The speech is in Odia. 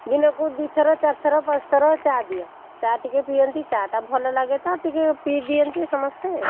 ଦିନକୁ ଦୁଇ ଥର ଚାରି ଥର ପାଞ୍ଚ ଥର ଚା' ଦିଅ ଚା' ଟିକେ ପିଅନ୍ତି ଚା' ଟା ଭଲ ଲାଗେ ତ ଟିକେ ପିଇ ଦିଅନ୍ତି ସମସ୍ତେ ଆଉ